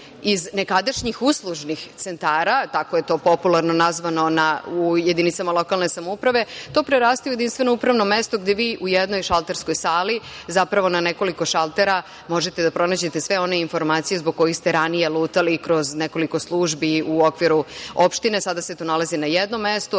iz nekadašnjih uslužnih centara, tako je to popularno nazvano u jedinicama lokalne samouprave, to prerasta u jedinstveno upravno mesto gde vi u jednoj šalterskoj sali zapravo na nekoliko šaltera možete da pronađete sve one informacije zbog kojih ste ranije lutali kroz nekoliko službi u okviru opštine sada se to nalazi na jednom mestu,